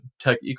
tech